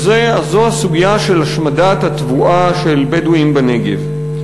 וזו הסוגיה של השמדת התבואה של בדואים בנגב.